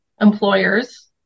employers